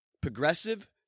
progressive